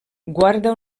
guarda